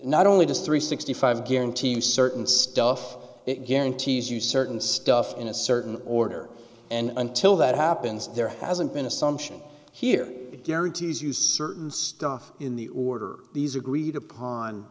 not only does three sixty five guarantee certain stuff it guarantees you certain stuff in a certain order and until that happens there hasn't been assumption here that guarantees you certain stuff in the order these agreed upon